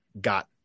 got